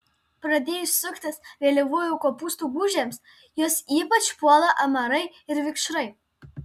pradėjus suktis vėlyvųjų kopūstų gūžėms juos ypač puola amarai ir vikšrai